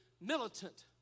militant